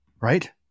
right